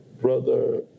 brother